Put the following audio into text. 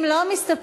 אם לא מסתפקים,